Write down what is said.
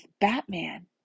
Batman